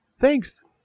Thanks